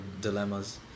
dilemmas